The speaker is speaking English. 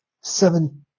seven